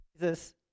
Jesus